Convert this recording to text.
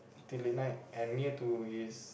till late night and near to his